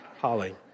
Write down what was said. Holly